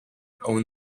own